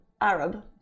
Arab